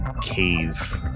Cave